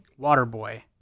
Waterboy